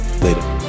Later